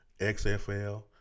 XFL